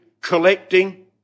collecting